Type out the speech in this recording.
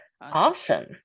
awesome